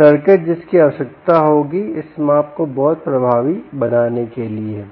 circuit जिसकी आवश्यकता होगी इस माप को बहुत प्रभावी बनाने के लिए है